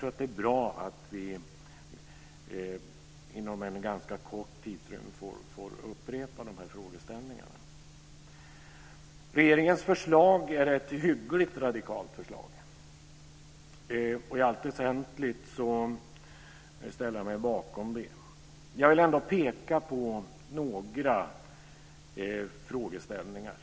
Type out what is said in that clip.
Det är bra att vi inom en ganska kort tidsrymd får upprepa frågeställningarna. Regeringens förslag är ett hyggligt radikalt förslag, och i allt väsentligt ställer jag mig bakom det. Jag vill ändå peka på några frågeställningar.